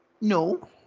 no